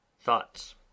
Thoughts